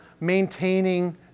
maintaining